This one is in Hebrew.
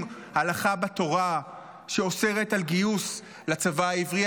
הלכה בתורה שאוסרת על גיוס לצבא העברי,